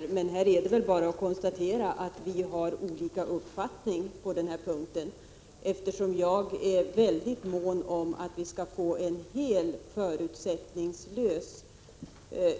Det är nog bara att konstatera att vi har olika uppfattningar på den här punkten, eftersom jag är oerhört mån om att vi skall få en helt förutsättningslös